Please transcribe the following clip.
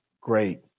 Great